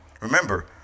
Remember